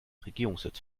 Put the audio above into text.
regierungssitz